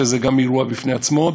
וזה גם אירוע בפני עצמו,